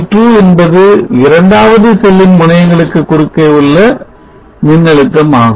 VT2 என்பது இரண்டாவது செல்லின் முனையங்களுக்கு குறுக்கே உள்ள மின்னழுத்தம் ஆகும்